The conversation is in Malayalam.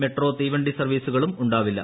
മെട്രോ തീവണ്ടി സർവീസുകളും ഉണ്ടാവില്ല